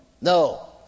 No